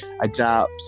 adapt